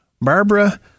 Barbara